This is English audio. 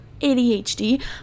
ADHD